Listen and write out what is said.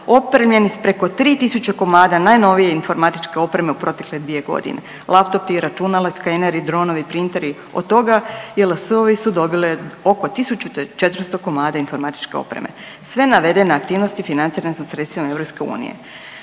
opremljeni sa preko 3000 komada najnovije informatičke opreme u protekle dvije godine. Laptopi, računala, skeneri, dronovi, printeri od toga JLS-ovi su dobili oko 1400 komada informatičke opreme. Sve navedene aktivnosti financirane su sredstvima EU.